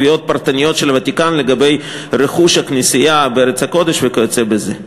תביעות פרטניות של הוותיקן לגבי רכוש הכנסייה בארץ הקודש וכיוצא בזה.